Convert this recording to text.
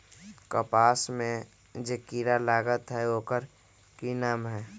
कपास में जे किरा लागत है ओकर कि नाम है?